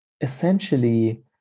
essentially